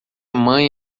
mãe